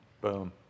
Boom